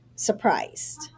surprised